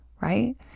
right